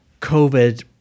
COVID